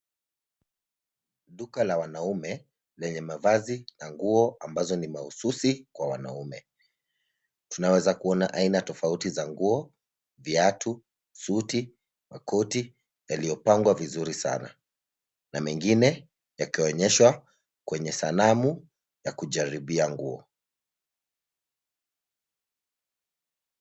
Duka la wanaume lenye mavazi na nguo ambazo ni mahususi kwa wanaume. Tunaweza kuona aina tofauti za nguo, viatu, suti, makoti yaliyopangwa vizuri sana. Na mengine yakionyeshwa kwenye sanamu ya kujaribia nguo.